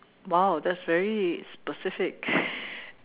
wow that's very specific